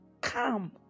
come